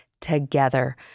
together